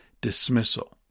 dismissal